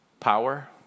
Power